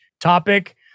topic